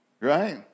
Right